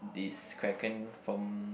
this Kraken from